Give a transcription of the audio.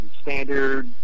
standard